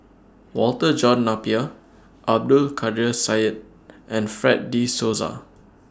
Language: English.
Walter John Napier Abdul Kadir Syed and Fred De Souza